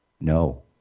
No